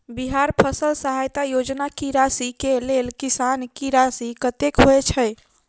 बिहार फसल सहायता योजना की राशि केँ लेल किसान की राशि कतेक होए छै?